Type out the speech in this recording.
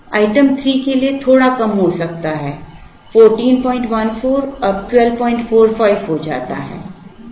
item 3 के लिए थोड़ा कम हो सकता है 1414 अब 1245 हो जाता है